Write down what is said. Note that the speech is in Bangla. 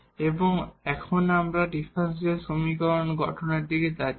এবং এখন আমরা এই ডিফারেনশিয়াল সমীকরণ গঠনের দিকে যাচ্ছি